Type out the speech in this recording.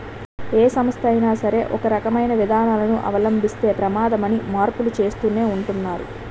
ఏ సంస్థ అయినా సరే ఒకే రకమైన విధానాలను అవలంబిస్తే ప్రమాదమని మార్పులు చేస్తూనే ఉంటున్నారు